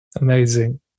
Amazing